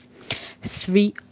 three